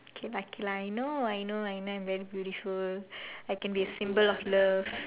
K lah K lah I know I know I know I very beautiful I can be a symbol of love